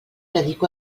dedico